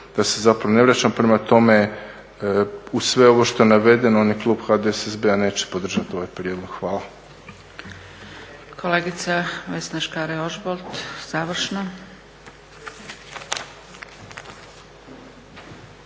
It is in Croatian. da se zapravo ne vraćam. Prema tome, uz sve ovo što je navedeno ni klub HDSSB-a neće podržati ovaj prijedlog. Hvala. **Zgrebec, Dragica